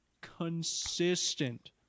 Consistent